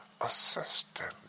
assistant